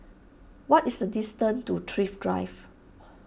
what is the distance to Thrift Drive